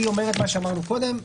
היא אומרת מה שאמרנו קודם,